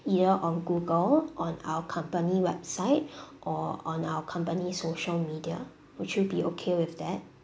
either on google on our company website or on our company social media would you be okay with that